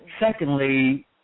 Secondly